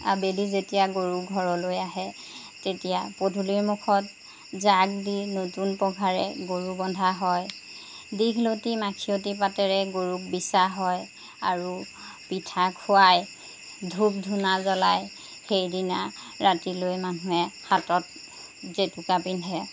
আবেলি যেতিয়া গৰু ঘৰলৈ আহে তেতিয়া পদূলিৰ মুখত জাক দি নতুন পঘাৰে গৰু বন্ধা হয় দীঘলতি মাখিয়তী পাতেৰে গৰুক বিচা হয় আৰু পিঠা খুৱায় ধূপ ধূনা জ্বলায় সেইদিনা ৰাতিলৈ মানুহে হাতত জেতুকা পিন্ধে